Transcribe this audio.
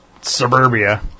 suburbia